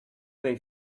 they